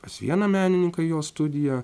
pas vieną menininką į jo studiją